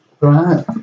Right